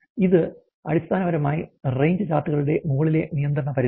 ഇത് അടിസ്ഥാനപരമായി റേഞ്ച് ചാർട്ടുകളുടെ മുകളിലെ നിയന്ത്രണ പരിധിയാണ്